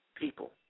People